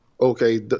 Okay